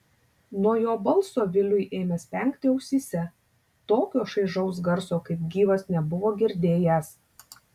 nuo jo balso viliui ėmė spengti ausyse tokio šaižaus garso kaip gyvas nebuvo girdėjęs